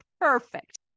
perfect